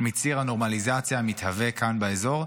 מציר הנורמליזציה המתהווה כאן באזור,